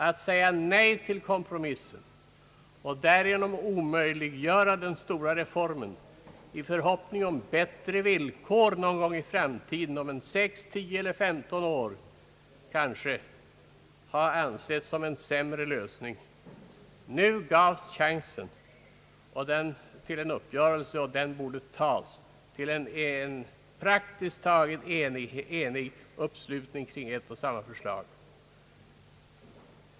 Att säga nej till kompromisser och därigenom omöjliggöra den stora reformen i förhoppning om >»bättre: villkor« om kanske sex, tio eller femton år, har ansetts som en sämre lösning. Nu gavs chansen till en uppgörelse med en praktiskt taget enig uppslutning i frågan — och chansen borde tas.